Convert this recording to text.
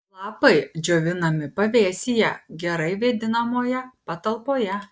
lapai džiovinami pavėsyje gerai vėdinamoje patalpoje